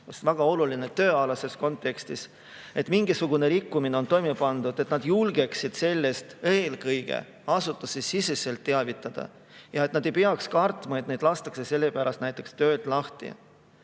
väga oluline, tööalases kontekstis! –, et mingisugune rikkumine on toime pandud, siis nad julgeksid sellest eelkõige asutusesiseselt teavitada ega peaks kartma, et neid lastakse sellepärast töölt lahti.